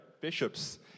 bishops